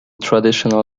traditional